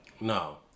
No